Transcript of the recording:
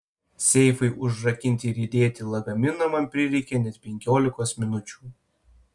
seifui užrakinti ir įdėti į lagaminą man prireikė net penkiolikos minučių